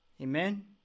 Amen